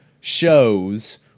shows